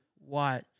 white